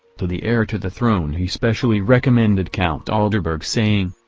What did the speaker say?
to the heir to the throne he specially recommended count alderburg saying,